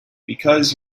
because